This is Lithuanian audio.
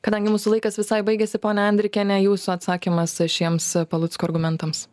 kadangi mūsų laikas visai baigėsi ponia andrikiene jūsų atsakymas šiems palucko argumentams